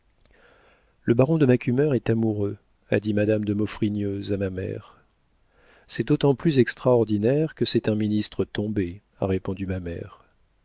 le baron de macumer est amoureux a dit madame de maufrigneuse à ma mère c'est d'autant plus extraordinaire que c'est un ministre tombé a répondu ma mère